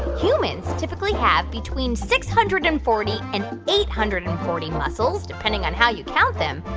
humans typically have between six hundred and forty and eight hundred and forty muscles, depending on how you count them.